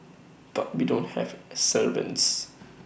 but we don't have servants